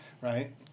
Right